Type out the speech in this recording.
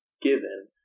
given